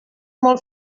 molt